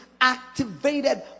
activated